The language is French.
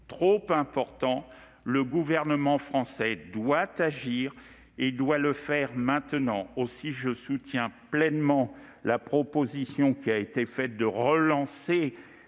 trop importants. Le Gouvernement français doit agir, et il doit le faire maintenant. Aussi, je soutiens pleinement la proposition de relancer